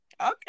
okay